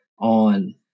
on